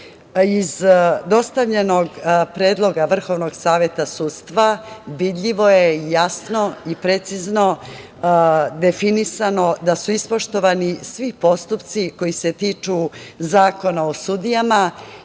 dostavljenog predloga VSS vidljivo je, jasno i precizno definisano da su ispoštovani svi postupci koji se tiču Zakona o sudijama